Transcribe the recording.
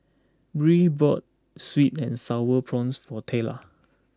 Bree bought Sweet and Sour Prawns for Tayla